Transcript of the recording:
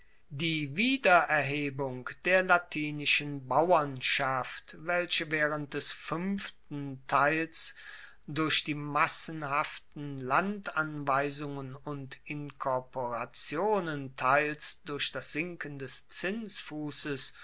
die wiedererhebung der latinischen bauernschaft welche waehrend des fuenften teils durch die massenhaften landanweisungen und inkorporationen teils durch das sinken des